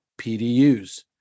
PDUs